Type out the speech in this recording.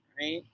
right